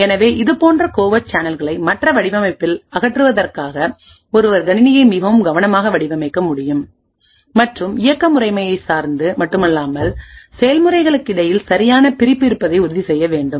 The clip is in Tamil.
எனவேஇது போன்ற கோவர்ட் சேனல்களைமற்ற வடிவமைப்பில் அகற்றுவதற்காக ஒருவர் கணினியை மிகவும் கவனமாக வடிவமைக்க முடியும் மற்றும் இயக்க முறைமை சார்ந்து மட்டுமல்லாமல் செயல்முறைகளுக்கு இடையில் சரியான பிரிப்பு இருப்பதை உறுதி செய்ய வேண்டும்